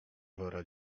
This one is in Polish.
wora